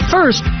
First